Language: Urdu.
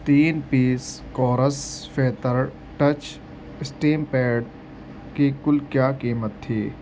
تین piece Kores feather touch stamp pad کی کل کیا قیمت تھی